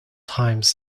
times